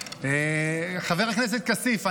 חבר הכנסת כסיף,